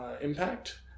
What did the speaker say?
impact